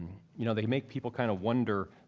you know they make people kind of wonder,